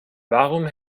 warum